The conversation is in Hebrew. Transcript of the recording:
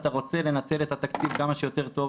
אתה רוצה לנצל את התקציב כמה שיותר טוב,